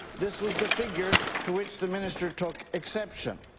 this was the figure to which the minister took exception,